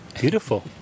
beautiful